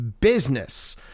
business